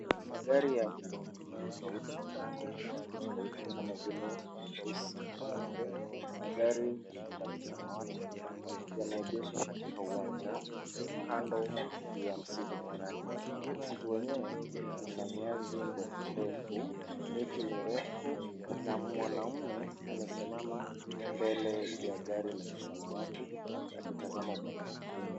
Magari ya aina tofauti tofauti na rangi tofauti tofauti kama vile nyeusi, nyeupe, na gari la kisamawati yameegeshwa katika uwanja kando ya msitu fulani. Msitu wenyewe una nyasi ndefu ndefu, miti mirefu, na mwanaume amesimama mbele ya gari la kisamawati akitazama upande mwingine.